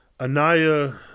Anaya